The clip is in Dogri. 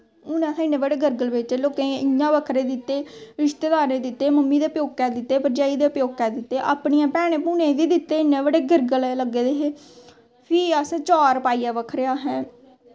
हून असैं इन्ने बड़े गरगल बेचे लोकेंई इयां बक्खरे दित्ते रिश्तेदारेंई दित्ते मम्मी दै प्यौके दित्ते भरज़ाई दै प्यौकै दित्ते अपनियैं भैनें भूनें बी दित्ते इन्ने बड़े गरगल लग्गे दे हे फ्ही अस चार पाइयै बक्खरे असें